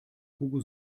hugo